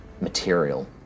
material